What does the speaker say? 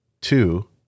two